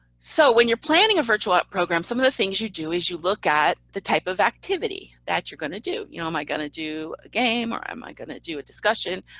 so when you're planning a virtual program, some of the things you do is you look at the type of activity that you're going to do. you know am i going to do a game or am i going to do a discussion?